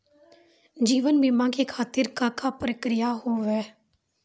जीवन बीमा के खातिर का का प्रक्रिया हाव हाय?